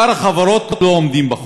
שאר החברות לא עומדות בחוק.